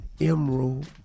emerald